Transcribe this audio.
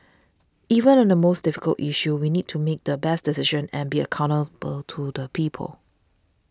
even on the most difficult issue we need to make the best decision and be accountable to the people